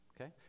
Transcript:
okay